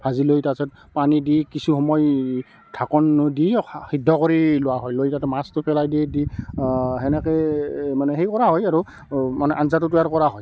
ভাজি লৈ তাৰপিছত পানী দি কিছু সময় ঢাকোন দি সিদ্ধ কৰি লোৱা হয় লৈ তাতে মাছটো পেলাই দি দি সেনেকৈ মানে হেৰি কৰা হয় আৰু মানে আঞ্জাটো তৈয়াৰ কৰা হয়